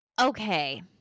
Okay